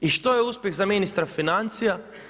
I što je uspjeh za ministra financija?